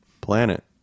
Planet